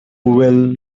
will